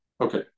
Okay